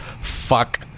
fuck